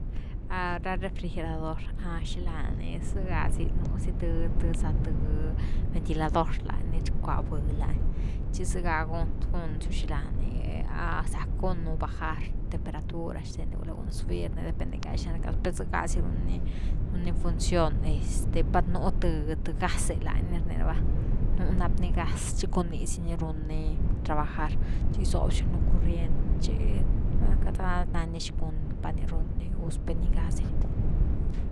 Ah ra refigerador, ha shilani zega zi nu si th za th ventilador lañ ni rcua bhë lani chi zëga gun, gunsiu hilá ni, zack gunu bajar temperatura xthen ni, gunu subir ni, depende ga xina rcasu per zëga si run ni run ni función este pat nú th gas lañ ni rni rava, nú nap ni gas chicun ni si ni run ni trabjar chi gisobziu ni lo curriend chi val queity pa nandia xi cun pa gi run ni gus per nii ga’zi.